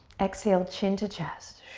exhale, chin to chest.